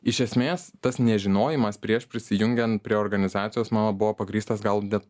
iš esmės tas nežinojimas prieš prisijungiant prie organizacijos mano buvo pagrįstas gal net